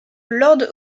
lord